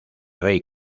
rey